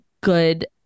good